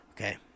okay